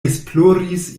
esploris